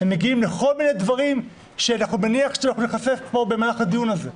ולכל מיני דברים שאני מניח שניחשף אליהם פה במהלך הדיון הזה,